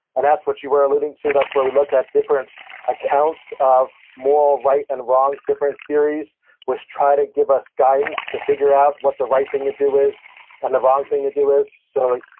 and that's what you were eluding to. that's where we look at different accounts of moral right and wrong, different theories which try to give us guidance to figure out what the right thing to do is and the wrong thing to do is. so,